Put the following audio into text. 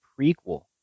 prequel